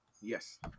Yes